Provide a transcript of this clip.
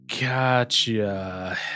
Gotcha